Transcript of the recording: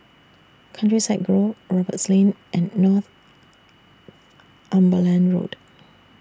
Countryside Grove Roberts Lane and Northumberland Road